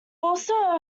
also